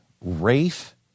Rafe